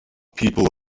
people